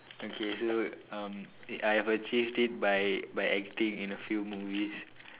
okay do um I have achieve it by by acting in a few movies